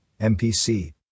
MPC